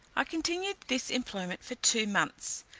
i continued this employment for two months,